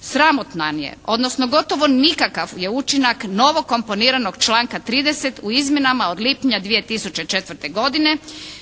Sramotan je, odnosno gotovo nikakav je učinak novokomponiranog članka 30. u izmjenama od lipnja 2004. godine